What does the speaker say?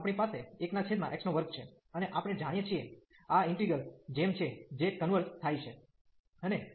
તેથી આપણી પાસે 1x2 છે અને આપણે જાણીએ છીએ આ ઈન્ટિગ્રલ જેમ છે જે કન્વર્ઝ થાય છે